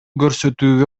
көрсөтүүгө